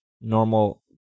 normal